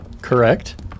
Correct